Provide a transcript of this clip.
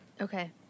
Okay